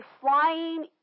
flying